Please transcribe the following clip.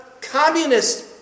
Communist